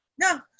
No